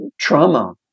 trauma